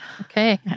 Okay